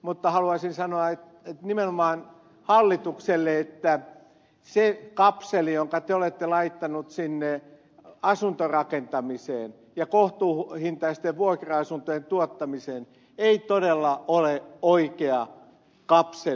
mutta haluaisin sanoa nimenomaan hallitukselle että se kapseli jonka te olette laittaneet asuntorakentamiseen ja kohtuuhintaisten vuokra asuntojen tuottamiseen ei todella ole oikea kapseli